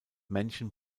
männchen